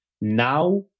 now